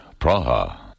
Praha